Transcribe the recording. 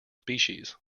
species